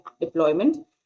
deployment